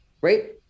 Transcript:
right